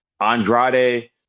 Andrade